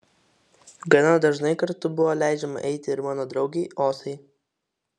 gana dažnai kartu buvo leidžiama eiti ir mano draugei osai